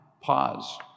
Pause